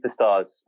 superstars